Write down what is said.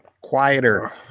quieter